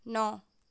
नौ